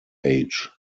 age